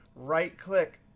right click,